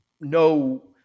No